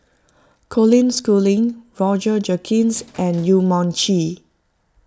Colin Schooling Roger Jenkins and Yong Mun Chee